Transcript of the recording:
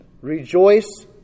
Rejoice